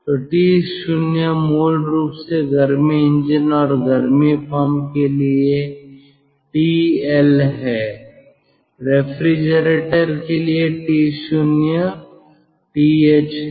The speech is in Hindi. तो T0 मूल रूप से गर्मी इंजन और गर्मी पंप के लिए TL है रेफ्रिजरेटर के लिए T0 TH है